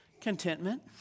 Contentment